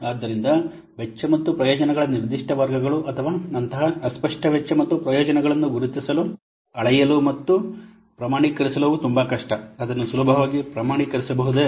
ಆದ್ದರಿಂದ ವೆಚ್ಚ ಮತ್ತು ಪ್ರಯೋಜನಗಳ ನಿರ್ದಿಷ್ಟ ವರ್ಗಗಳು ಅಥವಾ ಅಂತಹ ಅಸ್ಪಷ್ಟ ವೆಚ್ಚ ಮತ್ತು ಪ್ರಯೋಜನಗಳನ್ನು ಗುರುತಿಸಲು ಅಳತೆಯಲು ಮತ್ತು ಪ್ರಮಾಣೀಕರಿಸಲು ಅವು ತುಂಬಾ ಕಷ್ಟ ಅದನ್ನು ಸುಲಭವಾಗಿ ಪ್ರಮಾಣೀಕರಿಸಬಹುದೇ